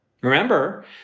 Remember